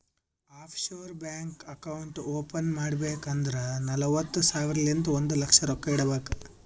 of sure bank account open ಮಾಡ್ಬೇಕ್ ಅಂದುರ್ ನಲ್ವತ್ತ್ ಸಾವಿರಲಿಂತ್ ಒಂದ್ ಲಕ್ಷ ರೊಕ್ಕಾ ಇಡಬೇಕ್